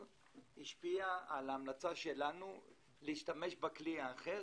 להר-טוב השפיעה על ההמלצה שלנו להשתמש בכלי האחר,